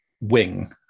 wing